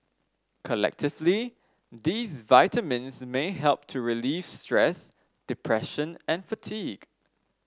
collectively these vitamins may help to relieve stress depression and fatigue